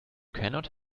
cannot